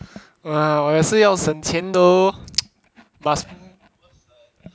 ah 我也是要省钱 though must